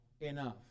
enough